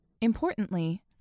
Importantly